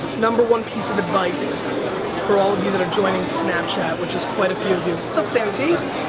number one piece of advice for all of you that are joining snapchat, which is quite a few of you. what's up, sam t?